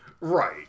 Right